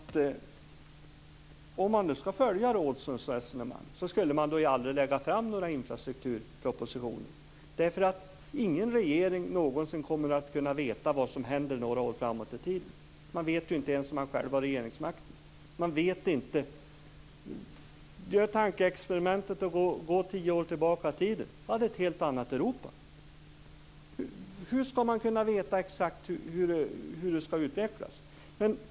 Om man skulle följa Rådhströms resonemang, då skulle man aldrig lägga fram några infrastrukturpropositioner. Ingen regering kommer ju någonsin att kunna veta vad som händer några år framåt i tiden. Man vet ju inte ens om man själv har regeringsmakten. Gör tankeexperimentet att gå tio år tillbaka i tiden! Då hade vi ett helt annat Europa. Hur ska man kunna veta exakt hur utvecklingen blir?